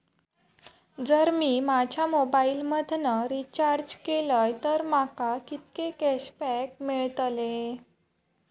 जर मी माझ्या मोबाईल मधन रिचार्ज केलय तर माका कितके कॅशबॅक मेळतले?